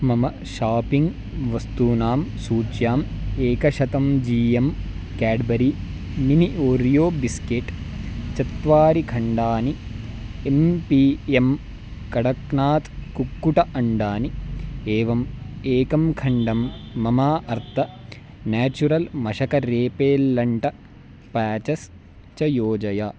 मम शापिङ्ग् वस्तूनां सूच्याम् एकशतं G M Cadbury mini Oreo biscuit चत्वारि खण्डानि एं पी एं कडक्नात् कुक्कुटस्य अण्डानि एवम् एकं खण्डं ममा अर्त नेचुरल् मशक रेपेल्लण्ट पेचस् च योजय